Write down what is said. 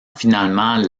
finalement